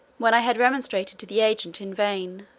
when i had remonstrated to the agent in vain,